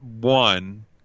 one